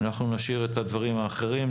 נשאיר את הדברים האחרים.